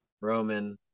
Roman